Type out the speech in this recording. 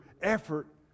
effort